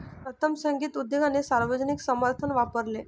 प्रथम, संगीत उद्योगाने सार्वजनिक समर्थन वापरले